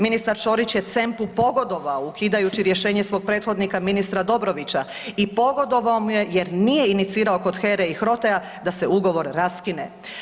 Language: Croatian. Ministar Ćorić je CEMP-u pogodovao ukidajući rješenje svog prethodnika ministra Dobrovića i pogodovao mu je jer nije inicirao kod HERA-e i HROTE-a da se ugovor raskine.